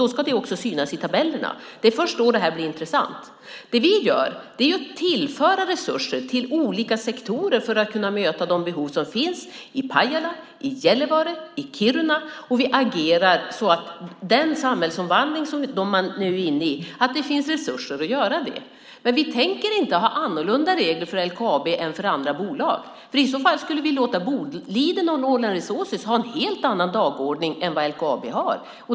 Då ska det också synas i tabellerna. Det är först då det här blir intressant. Vi tillför resurser till olika sektorer för att vi ska kunna möta de behov som finns i Pajala, Gällivare och Kiruna. Vi agerar så att det finns resurser att göra den samhällsomvandling som de nu är inne i. Men vi tänker inte ha annorlunda regler för LKAB än för andra bolag, för i så fall skulle vi låta Boliden och Norrland Resources ha en helt annan dagordning än vad LKAB har.